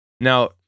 now